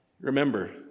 remember